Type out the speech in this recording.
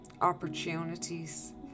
opportunities